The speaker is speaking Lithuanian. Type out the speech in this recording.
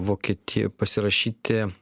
vokietijoj pasirašyti